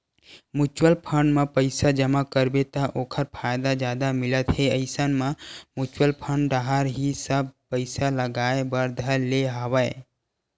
mutual fund म पइसा जमा करबे त ओखर फायदा जादा मिलत हे इसन म म्युचुअल फंड डाहर ही सब पइसा लगाय बर धर ले हवया